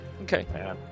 Okay